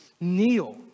Kneel